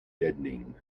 deadening